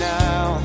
now